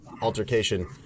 altercation